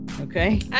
okay